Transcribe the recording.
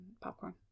popcorn